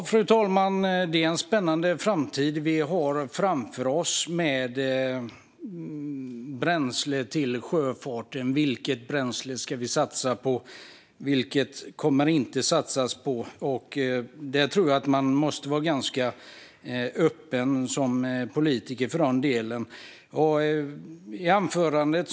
Fru talman! Det är en spännande framtid vi har framför oss i fråga om vilket bränsle vi ska satsa på och inte satsa på för sjöfarten. Jag tror att vi politiker måste vara öppna i dessa frågor.